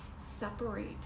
separate